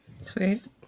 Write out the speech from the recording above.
Sweet